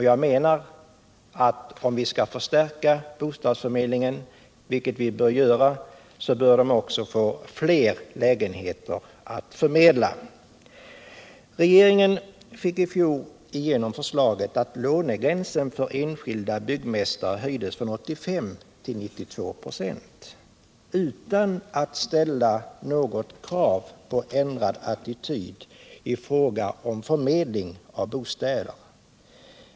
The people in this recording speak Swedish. Jag menar att om vi skall kunna förstärka bostadsförmedlingen— vilket vi bör göra — bör den också få fler lägenheter att förmedla. Regeringen fick i fjol igenom förslaget att lånegränsen för enskilda byggmästare skulle höjas från 85 till 92 "5 utan att något krav ställdes på dem om ändrad attityd i fråga om förmedlingen av bostäder.